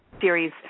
series